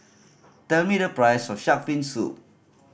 tell me the price of shark fin soup